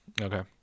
Okay